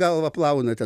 galvą plauna ten